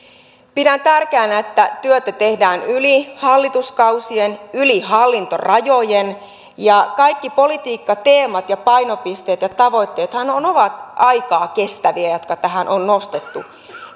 pidän tärkeänä että työtä tehdään yli hallituskausien yli hallintorajojen ja kaikki ne politiikkateemat ja painopisteet ja tavoitteethan ovat ovat aikaa kestäviä jotka tähän on nostettu